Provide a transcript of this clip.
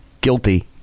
Guilty